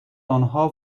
آنها